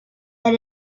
that